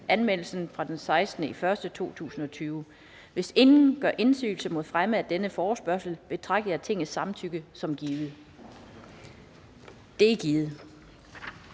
Den fg. formand (Annette Lind): Hvis ingen gør indsigelse mod fremme af denne forespørgsel, betragter jeg Tingets samtykke som givet. Det er givet.